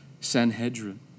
Sanhedrin